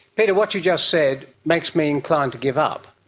peter, what you just said makes me inclined to give up.